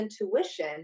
intuition